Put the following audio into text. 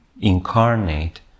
incarnate